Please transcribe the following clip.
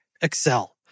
Excel